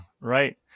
right